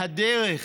מהדרך,